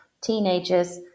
teenagers